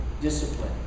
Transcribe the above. discipline